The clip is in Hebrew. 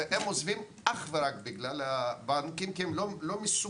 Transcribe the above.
והם עוזבים אך ורק בגלל הבנקים כי הם לא מסוגלים,